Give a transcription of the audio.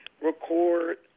Record